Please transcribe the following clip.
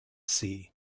sea